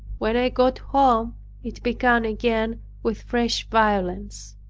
when i got home it began again with fresh violence.